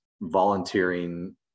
volunteering